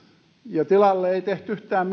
ja tilalle ei tehty yhtään